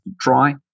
try